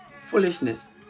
foolishness